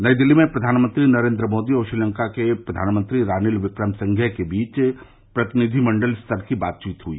नई दिल्ली में प्रधानमंत्री नरेन्द्र मोदी और श्रीलंका के प्रधानमंत्री रानिल विक्रमसिंघे के बीच प्रतिनिधिमंडल स्तर की वार्ता हुई